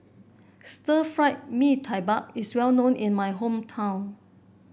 Stir Fry Mee Tai Mak is well known in my hometown